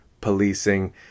policing